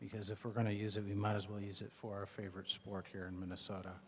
because if we're going to use of the might as well use it for a favorite sport here in minnesota